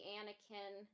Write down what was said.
Anakin